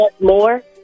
more